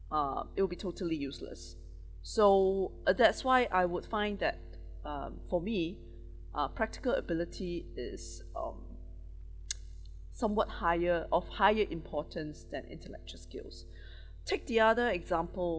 uh it will be totally useless so ah that's why I would find that um for me ah practical ability is um somewhat higher of higher importance than intellectual skills take the other example